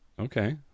Okay